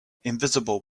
invisible